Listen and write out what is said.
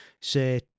say